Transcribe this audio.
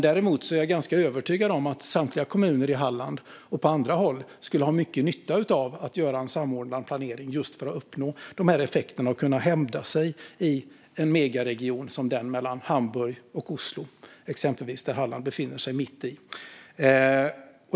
Däremot är jag ganska övertygad om att samtliga kommuner i Halland och på andra håll skulle ha stor nytta av att göra en samordnad planering just för att uppnå de här effekterna och kunna hävda sig i en megaregion som exempelvis den mellan Hamburg och Oslo, som Halland befinner sig mitt i.